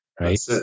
right